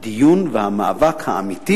באמת הדיון והמאבק האמיתי